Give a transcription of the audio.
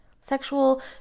Sexual